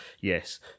Yes